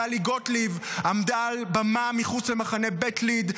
טלי גוטליב עמדה על במה מחוץ למחנה בית ליד,